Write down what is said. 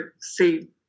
see